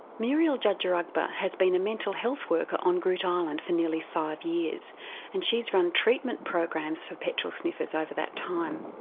muriel jaragba has been a mental health worker on groote eylandt um and for nearly five years and she's run treatment programs for petrol sniffers over that time.